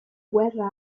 guerra